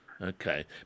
Okay